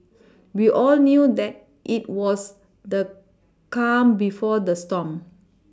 we all knew that it was the calm before the storm